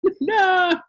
No